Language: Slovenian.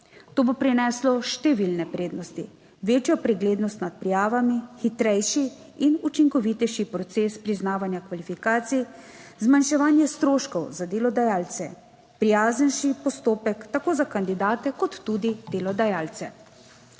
To bo prineslo številne prednosti: večjo preglednost nad prijavami, hitrejši in učinkovitejši proces priznavanja kvalifikacij, zmanjševanje stroškov za delodajalce, prijaznejši postopek tako za kandidate kot tudi delodajalce.